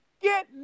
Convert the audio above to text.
get